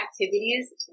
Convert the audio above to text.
activities